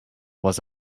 was